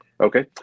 Okay